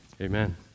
Amen